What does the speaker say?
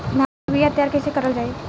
धान के बीया तैयार कैसे करल जाई?